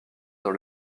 dans